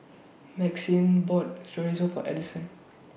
Maxine bought Chorizo For Ellison